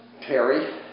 Terry